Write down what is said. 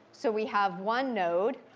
so we have one node,